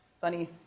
funny